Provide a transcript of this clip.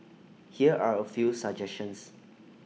here are A few suggestions